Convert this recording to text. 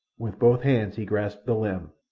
with both hands he grasped the limb,